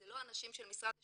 זה לא אנשים של משרד השיכון,